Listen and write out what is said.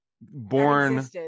born